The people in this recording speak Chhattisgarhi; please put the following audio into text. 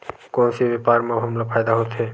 कोन से व्यापार म हमला फ़ायदा होथे?